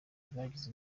bagize